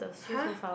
!huh!